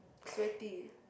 sweaty